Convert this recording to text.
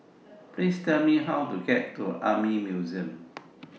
Please Tell Me How to get to Army Museum